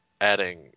adding